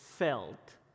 felt